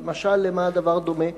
אבל משל למה הדבר דומה?